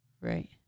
Right